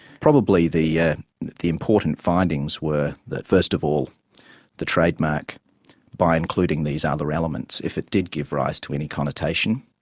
probably the yeah the important findings were that first of all the trademark by including these other elements, if it did give rise to any connotation,